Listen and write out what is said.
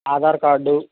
Aadhaar card